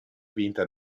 vinta